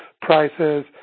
prices